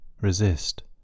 resist